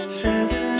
seven